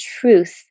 truth